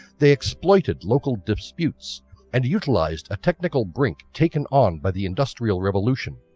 they exploited local disputes and utilized a technical brink taken on by the industrial revolution,